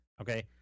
okay